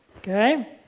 Okay